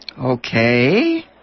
Okay